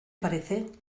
parece